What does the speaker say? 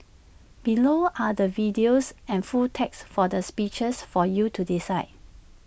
below are the videos and full text for the speeches for you to decide